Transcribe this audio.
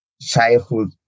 childhood